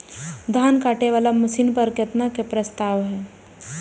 धान काटे वाला मशीन पर केतना के प्रस्ताव हय?